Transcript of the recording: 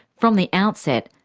from the outset,